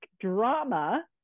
drama